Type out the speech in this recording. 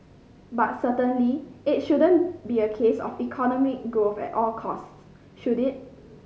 but certainly it shouldn't be a case of economic growth at all costs should it